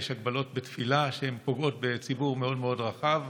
יש הגבלות בתפילה שפוגעות בציבור מאוד מאוד רחב.